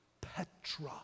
Petra